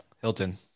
Hilton